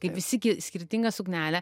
kaip visi ki skirtingą suknelę